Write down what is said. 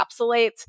encapsulates